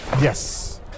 Yes